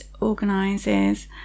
organises